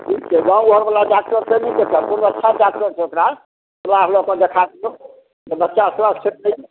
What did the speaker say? ठीक छै गाँव घर बला डॉक्टर से नहि देखाएब कोनो अच्छा डॉक्टर से ओकरा या हुए तऽ देखा दियौ जे बच्चा स्वस्थ होयतै